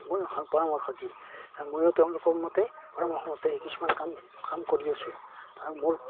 পৰামৰ্শ দিয়ে ময়ো তেওঁলোকৰ মতে পৰামৰ্শ মতে সেই কিছুমান কাম কাম কৰি আছোঁ আৰু মোৰ